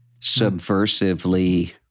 subversively